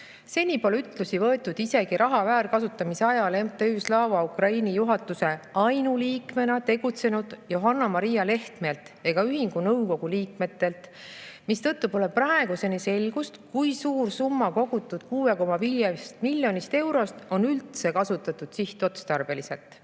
Seni pole ütlusi võetud isegi raha väärkasutamise ajal MTÜ Slava Ukraini juhatuse ainuliikmena tegutsenud Johanna-Maria Lehtmelt ega ühingu nõukogu liikmetelt, mistõttu pole praeguseni selgust, kui suurt summat kogutud 6,5 miljonist eurost on üldse kasutatud sihtotstarbeliselt.